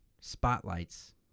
spotlights